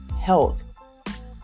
health